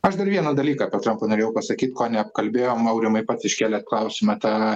aš dar vieną dalyką apie trampą norėjau pasakyt ko neapkalbėjom aurimai pats iškėlėt klausimą tą